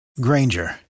Granger